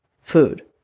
food